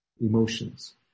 emotions